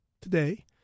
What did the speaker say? today